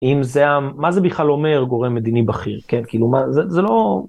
אם זה... מה זה בכלל אומר גורם מדיני בכיר, כן כאילו מה זה לא...